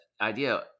idea